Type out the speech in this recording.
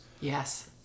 Yes